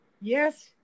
yes